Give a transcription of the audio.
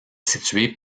située